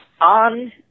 on